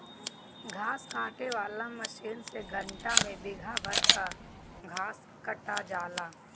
घास काटे वाला मशीन से घंटा में बिगहा भर कअ घास कटा जाला